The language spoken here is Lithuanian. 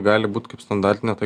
gali būt kaip standartinė ta